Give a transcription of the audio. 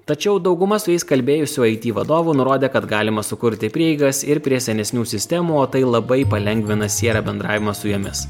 tačiau dauguma su jais kalbėjusių it vadovų nurodė kad galima sukurti prieigas ir prie senesnių sistemų o tai labai palengvina sierra bendravimą su jumis